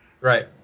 Right